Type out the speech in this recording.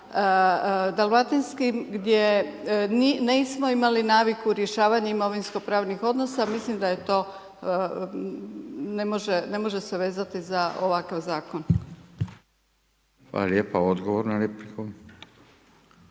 Dalmatinskim, gdje nismo imali naviku rješavanja imovinsko pravnih odnosa, mislim da je to, ne može se vezati za ovakav zakon. **Radin, Furio